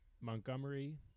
Montgomery